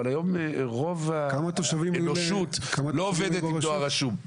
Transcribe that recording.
אבל היום רוב האנושות לא עובדת עם דואר רשום.